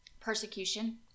Persecution